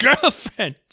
girlfriend